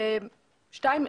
שנית.